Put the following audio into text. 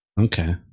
okay